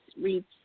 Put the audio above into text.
reads